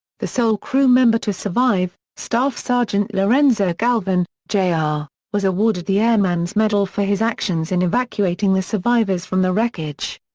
the sole crew member to survive, staff sgt. and lorenzo galvan, jr, ah was awarded the airman's medal for his actions in evacuating the survivors from the wreckage.